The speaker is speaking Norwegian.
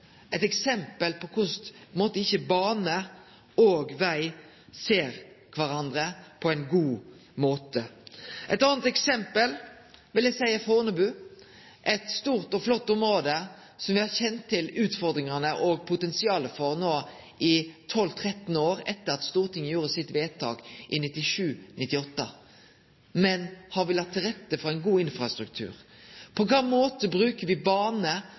eit eksempel på korleis bane og veg ikkje ser kvarandre på ein god måte. Eit anna eksempel vil eg seie er Fornebu – eit stort og flott område som me har kjent til utfordringane og potensialet for no i 12–13 år, etter at Stortinget gjorde sitt vedtak i 1997–1998. Men har me lagt til rette for ein god infrastruktur? På kva måte bruker me bane